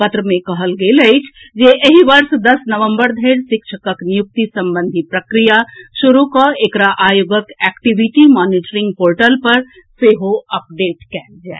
पत्र मे कहल गेल अछि जे एहि वर्ष दस नवम्बर धरि शिक्षकक नियुक्ति संबंधी प्रक्रिया शुरू कऽ एकरा आयोगक एक्टिविटी मॉनिटरिंग पोर्टल पर अपडेट कयल जाए